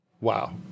wow